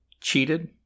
cheated